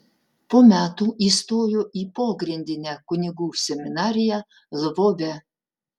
po metų įstojo į pogrindinę kunigų seminariją lvove